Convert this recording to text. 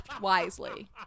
wisely